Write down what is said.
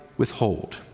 withhold